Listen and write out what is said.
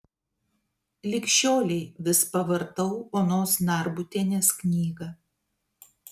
lig šiolei vis pavartau onos narbutienės knygą